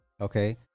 Okay